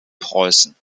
preußen